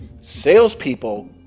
Salespeople